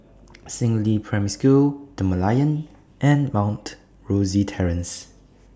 Si Ling Primary School The Merlion and Mount Rosie Terrace